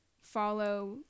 follow